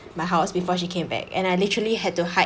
my house before she came back and I literally had to hide